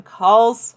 calls